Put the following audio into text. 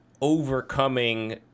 overcoming